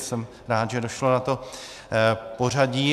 Jsem rád, že došlo na to pořadí.